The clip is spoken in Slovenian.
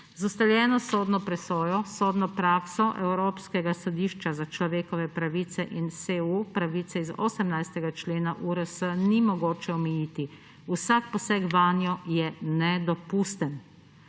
ustaljeno sodno presojo, sodno prakso Evropskega sodišča za človekove pravice in SEU pravice iz 18. člena URS ni mogoče omejiti, vsak poseg vanjo je nedopusten.